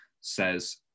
says